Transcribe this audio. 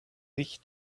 sich